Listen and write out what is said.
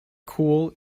cool